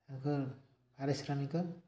ତାଙ୍କୁ ପାରିଶ୍ରମିକ